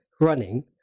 running